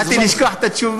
אז, פחדתי לשכוח את התשובה.